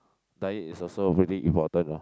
but it is also very important lah